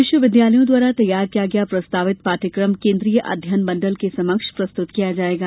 विश्वविद्यालयों द्वारा तैयार किया गया प्रस्तावित पाठ्यक्रम केन्द्रीय अध्ययन मंडल के समक्ष प्रस्तुत किया जाएगा